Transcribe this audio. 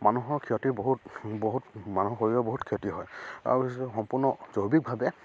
মানুহৰ ক্ষতি বহুত বহুত মানুহৰ শৰীৰৰ বহুত ক্ষতি হয় আৰু সম্পূৰ্ণ জৈৱিকভাৱে